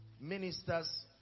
ministers